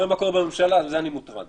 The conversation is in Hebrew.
אני רק מנחה